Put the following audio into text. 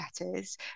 letters